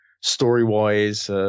story-wise